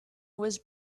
was